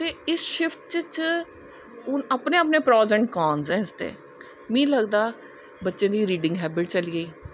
ते इस शिफ्ट च हून अपने अपने प्राजैंट कान्ज ऐं इसदे मीं लगदा ऐ बच्चें दी रिडिंग हैबिट चली गेई